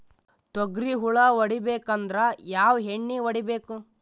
ತೊಗ್ರಿ ಹುಳ ಹೊಡಿಬೇಕಂದ್ರ ಯಾವ್ ಎಣ್ಣಿ ಹೊಡಿಬೇಕು?